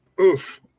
Oof